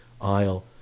aisle